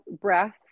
breath